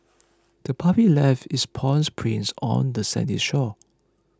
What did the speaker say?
the puppy left its paw prints on the sandy shore